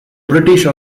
british